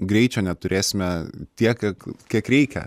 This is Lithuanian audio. greičio neturėsime tiek kiek kiek reikia